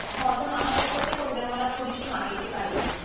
हो तर महाराष्ट्रातले कोणते मला थोडीशी माहिती पाहिजे